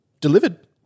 delivered